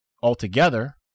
altogether